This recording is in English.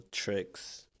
tricks